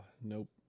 nope